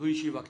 בישיבה קטנה.